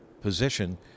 position